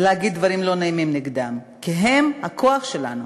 להגיד דברים לא נעימים נגדם, כי הם הכוח שלנו,